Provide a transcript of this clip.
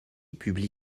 publie